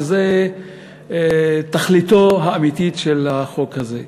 וזו תכליתו האמיתית של החוק הזה.